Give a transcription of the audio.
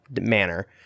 manner